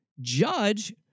judge